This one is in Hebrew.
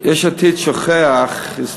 יש עתיד שוכחת את ההיסטוריה.